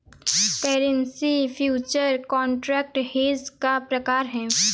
currency future contract hedge का प्रकार है